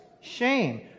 shame